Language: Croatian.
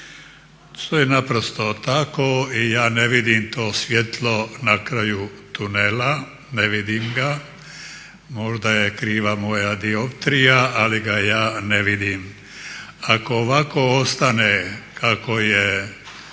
To je naprosto tako i ja ne vidim to svjetlo na kraju tunela, ne vidim ga, možda je kriva moja dioptrija ali ga ja ne vidim. Ako ovako ostane kako je